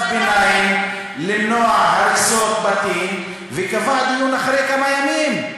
למנוע הריסות בתים, וקבע דיון אחרי כמה ימים.